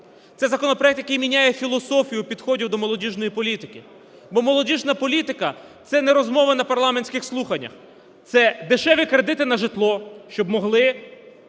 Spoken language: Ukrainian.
Це законопроект, який міняє філософію підходів до молодіжної політики, бо молодіжна політика – це не розмова на парламентських слуханнях. Це дешеві кредити на житло, щоб могли